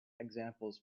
examples